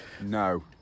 No